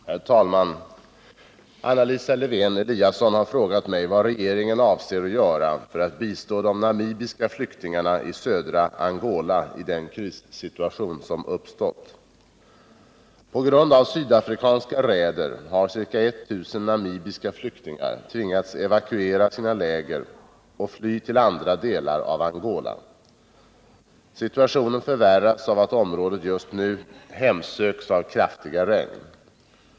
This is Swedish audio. Herr talman! Anna Lisa Lewén-Eliasson har frågat mig vad regeringen avser göra för att bistå de namibiska flyktingarna i södra Angola i den krissituation som uppstått. På grund av sydafrikanska raider har ca 10000 namibiska flyktingar tvingats evakuera sina läger och fly till andra delar av Angola. Situationen förvärras av att området just nu hemsöks av kraftiga regn.